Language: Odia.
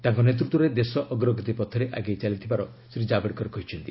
ତାଙ୍କ ନେତୃତ୍ୱରେ ଦେଶ ଅଗ୍ରଗତି ପଥରେ ଆଗେଇ ଚାଲିଥିବାର ଶ୍ରୀ ଜାବଡେକର କହିଛନ୍ତି